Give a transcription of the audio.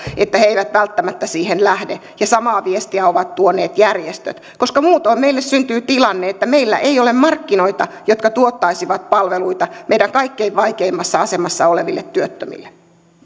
että he eivät välttämättä siihen lähde ja samaa viestiä ovat tuoneet järjestöt muutoin meille syntyy tilanne että meillä ei ole markkinoita jotka tuottaisivat palveluita meidän kaikkein vaikeimmassa asemassa oleville työttömillemme